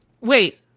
wait